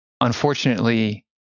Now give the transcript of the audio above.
unfortunately